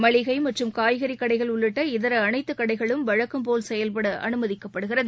மளிகை மற்றும் காய்கறிக் கடைகள் உள்ளிட்ட இதர அனைத்துக் கடைகளும் வழக்கம் போல் செயல்பட அனுமதிக்கப்படுகிறது